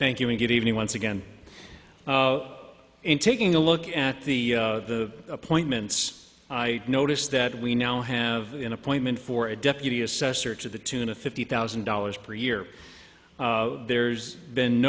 thank you and good evening once again and taking a look at the the appointments i notice that we now have an appointment for a deputy assessor to the tune of fifty thousand dollars per year there's been